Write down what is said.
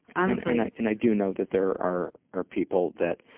um and i do know that there are are people that